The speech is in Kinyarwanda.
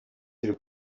turi